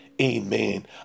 amen